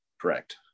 Correct